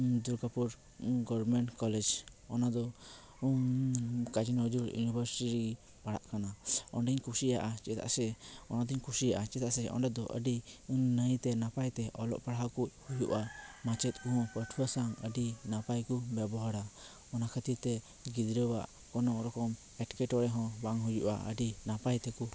Durgapur government college ᱚᱱᱟ ᱫᱚ Kazi Nazrul university ᱯᱟᱲᱟᱜ ᱠᱟᱱᱟ ᱚᱸᱰᱮᱧ ᱠᱩᱥᱤᱭᱟᱜᱼᱟ ᱪᱮᱫᱟᱜ ᱥᱮ ᱚᱱᱟ ᱫᱚᱧ ᱠᱩᱥᱤᱭᱟᱜᱼᱟ ᱪᱮᱫᱟᱜ ᱥᱮ ᱚᱸᱰᱮ ᱫᱚ ᱟᱹᱰᱤ ᱱᱟᱭ ᱛᱮ ᱱᱟᱯᱟᱭ ᱛᱮ ᱚᱞᱚᱜ ᱯᱟᱲᱦᱟᱜ ᱠᱚ ᱦᱩᱭᱩᱜᱼᱟ ᱢᱟᱪᱮᱫ ᱠᱚᱦᱚᱸ ᱯᱟᱹᱴᱷᱩᱣᱟᱹ ᱥᱟᱶ ᱟᱹᱰᱤ ᱱᱟᱯᱟᱭ ᱠᱚ ᱵᱮᱵᱚᱦᱟᱨᱟ ᱚᱱᱟ ᱠᱷᱟᱹᱛᱤᱨ ᱛᱮ ᱜᱤᱫᱽᱨᱟᱹᱣᱟᱜ ᱠᱳᱱᱳᱨᱚᱠᱚᱢ ᱮᱴᱠᱮ ᱴᱚᱲᱮ ᱦᱚᱸ ᱵᱟᱝ ᱦᱩᱭᱩᱜᱼᱟ ᱟᱹᱰᱤ ᱱᱟᱯᱟᱭ ᱛᱮᱠᱚ